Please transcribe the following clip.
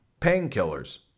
painkillers